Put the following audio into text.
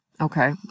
Okay